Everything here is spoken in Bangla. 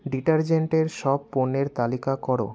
ডিটারজেন্টের সব পণ্যের তালিকা করো